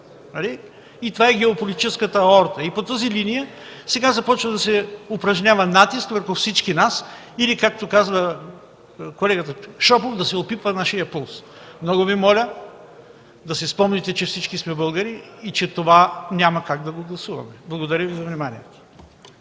И това е геополитическата аорта. По тази линия сега започва да се упражнява натиск върху всички нас или, както казва колегата Шопов – да се опипва нашият пулс. Много Ви моля да си спомните, че всички сте българи и че това няма как да го гласуваме. Благодаря Ви за вниманието.